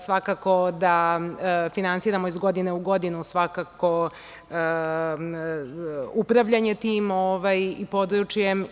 Svakako da finansiramo iz godine u godinu upravljanje tim područjem.